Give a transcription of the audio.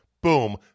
Boom